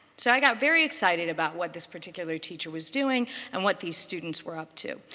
so i got very excited about what this particular teacher was doing and what these students were up to.